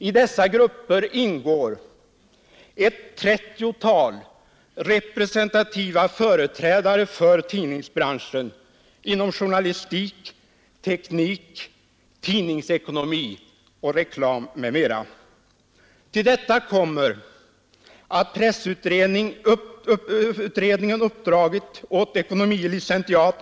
I dessa grupper ingår ett 30-tal representativa företrädare för tidningsbranschen inom journalistik, teknik, tidningsekonomi, reklam m.m. Till detta kommer att pressutredningen har uppdragit åt ekon. lic.